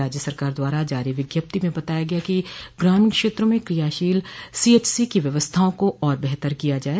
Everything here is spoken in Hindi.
राज्य सरकार द्वारा जारी विज्ञप्ति में बताया गया कि ग्रामीण क्षेत्रों में क्रियाशील सीएचसी की व्यवस्थाओं को और बेहतर किया जाए